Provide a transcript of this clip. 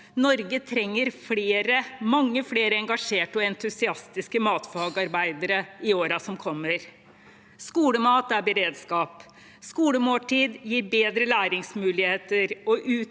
Norge trenger mange flere engasjerte og entusiastiske matfagarbeidere i årene som kommer. Skolemat er beredskap. Skolemåltid gir bedre læringsmuligheter